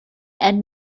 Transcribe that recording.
and